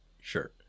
Sure